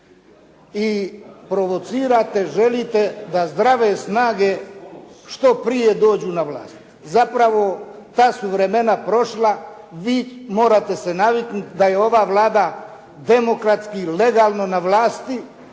i provocirate, želite da zdrave snage što prije dođu na vlast. Zapravo ta su vremena prošla, vi morate se naviknuti da je ova Vlada demokratski, legalno na vlasti